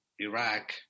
Iraq